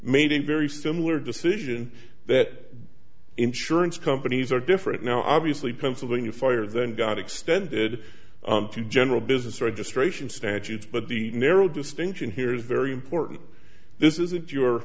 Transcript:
made a very similar decision that insurance companies are different now obviously pennsylvania fire then got extended to general business registration statutes but the narrow distinction here is very important this is if you